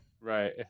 right